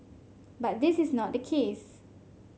but this is not the case